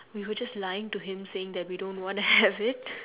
we were just to lying him saying that we don't want to have it